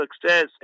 success